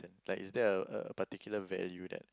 like is there a particular value that